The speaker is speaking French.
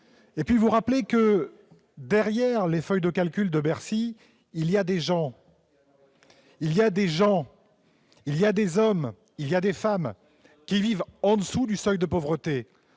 Je veux vous rappeler que, derrière les feuilles de calcul de Bercy, il y a des gens, des hommes, des femmes qui vivent en dessous du seuil de pauvreté.